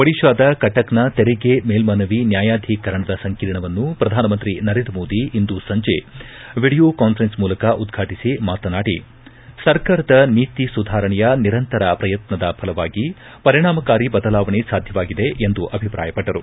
ಒಡಿತಾದ ಕಟಕ್ನ ತೆರಿಗೆ ಮೇಲ್ಲನವಿ ನ್ಯಾಯಾಧಿಕರಣದ ಸಂಕೀರ್ಣವನ್ನು ಪ್ರಧಾನಮಂತ್ರಿ ನರೇಂದ್ರ ಮೋದಿ ಇಂದು ಸಂಜೆ ವೀಡಿಯೊ ಕಾನ್ಸರೆನ್ಸ್ ಮೂಲಕ ಉದ್ಪಾಟಿಸಿ ಮಾತನಾಡಿ ಸರ್ಕಾರದ ನೀತಿ ಸುಧಾರಣೆಯ ನಿರಂತರ ಪ್ರಯತ್ನದ ಫಲವಾಗಿ ಪರಿಣಾಮಕಾರಿ ಬದಲಾವಣೆ ಸಾಧ್ಯವಾಗಿದೆ ಎಂದು ಅಭಿಪ್ರಾಯಪಟ್ಟರು